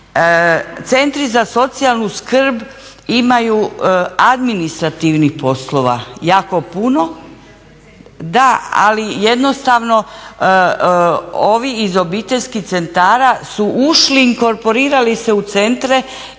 Centri za socijalnu skrb imaju administrativnih poslova jako puno. Da, ali jednostavno ovi iz obiteljskih centara su ušli i inkorporirali se u centre